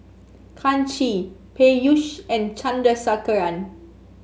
Kanshi Peyush and Chandrasekaran